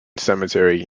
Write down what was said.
cemetery